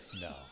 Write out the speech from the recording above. no